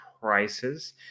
Prices